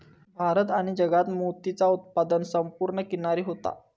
भारत आणि जगात मोतीचा उत्पादन समुद्र किनारी होता